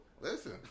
Listen